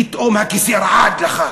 פתאום הכיסא רעד לך,